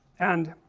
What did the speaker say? and